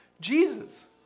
Jesus